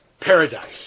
paradise